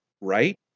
right